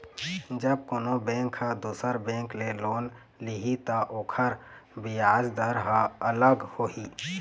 जब कोनो बेंक ह दुसर बेंक ले लोन लिही त ओखर बियाज दर ह अलग होही